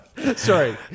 Sorry